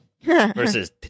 Versus